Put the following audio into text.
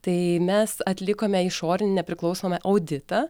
tai mes atlikome išorinį nepriklausomą auditą